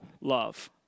love